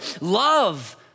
love